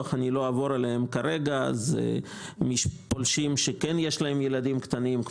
מדובר על פולשים שיש להם ילדים קטנים,